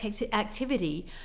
activity